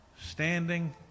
standing